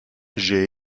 j’ai